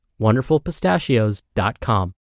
WonderfulPistachios.com